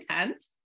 intense